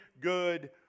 good